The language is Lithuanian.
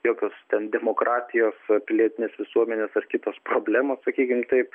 jokios ten demokratijos pilietinės visuomenės ar kitos problemos sakykim taip